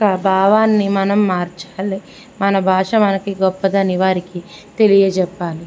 యొక్క భావాన్ని మనం మార్చాలి మన భాష మనకి గొప్పదని వారికి తెలియజెప్పాలి